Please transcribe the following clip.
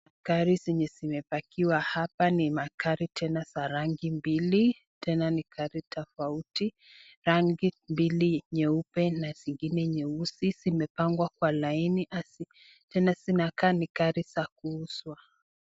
Gari zenye zimepakiwa hapa ni magari tena za rangi mbili tena ni gari tofauti rangi mbili nyeupe na zingine nyeusi zimepangwa kwa laini. Tena zinakaa ni gari za kuuzwa.